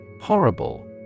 Horrible